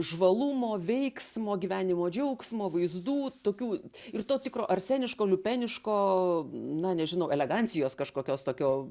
žvalumo veiksmo gyvenimo džiaugsmo vaizdų tokių ir to tikro arseniško liupeniško na nežinau elegancijos kažkokios tokio